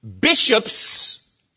Bishops